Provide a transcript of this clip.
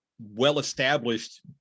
well-established